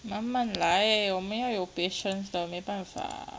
慢慢来我们要有 patience 的没办法